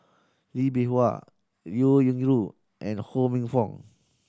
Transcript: Lee Bee Wah Liao Yingru and Ho Minfong